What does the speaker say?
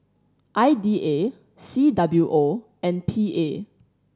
I D A C W O and P A